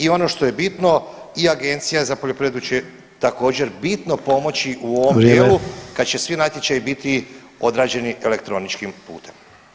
I ono što je bitno i Agencija za poljoprivredu će također bitno pomoći u ovom [[Upadica Sanader: Vrijeme.]] dijelu kad će svi natječaji biti odrađeni elektroničkim putem.